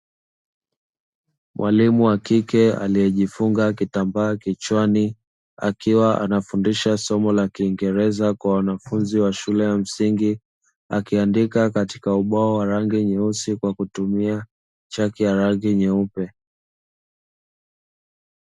Mwalimu wa kike aliyejifunga kitambaa kichwani akiwa anafundisha somo la kiingereza kwa wanafunzi wa shule ya msingi akiandika katika ubao wa rangi nyeusi kwa kutumia chaki ya rangi nyeupe.